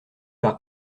par